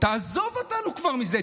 תעזוב אותנו כבר מזה.